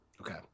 Okay